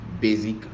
basic